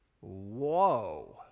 Whoa